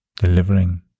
delivering